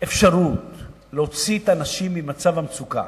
אפשרות להוציא את האנשים ממצב המצוקה